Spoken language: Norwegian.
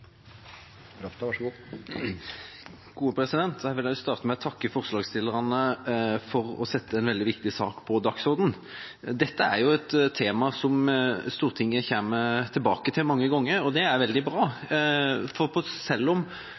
Jeg vil også starte med å takke forslagsstillerne for å sette en veldig viktig sak på dagsordenen. Dette er et tema som Stortinget kommer tilbake til mange ganger, og det er veldig bra. For selv om